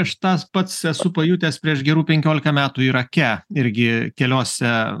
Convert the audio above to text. aš tą pats esu pajutęs prieš gerų penkiolika metų irake irgi keliose